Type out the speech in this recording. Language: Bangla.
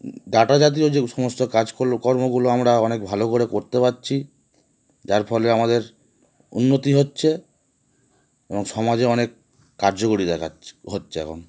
ডাটা জাতীয় যে সমস্ত কাজ কর্মগুলো আমরা অনেক ভালো করে করতে পারছি যার ফলে আমাদের উন্নতি হচ্ছে এবং সমাজে অনেক কার্যকরী দেখাচ হচ্ছে এখন